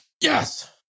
Yes